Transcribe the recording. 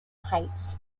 heights